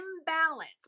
imbalance